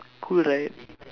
cool right